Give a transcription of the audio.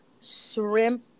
shrimp